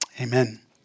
Amen